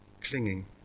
clinging